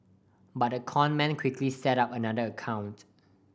but the con man quickly set up another account